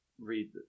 read